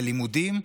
ללימודים,